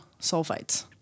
sulfites